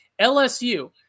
LSU